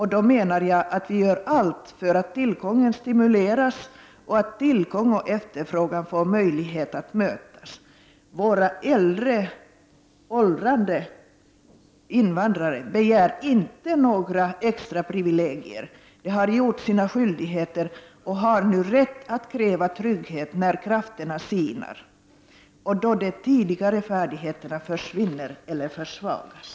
Jag menar att vi då gör allt för att tillgången stimuleras, så att tillgång och efterfrågan får möjlighet att mötas. Våra åldrande invandrare begär inte några extra privilegier. De har fullgjort sina skyldigheter och har nu rätt att kräva trygghet när krafterna sinar och de tidigare färdigheterna försvinner eller försvagas.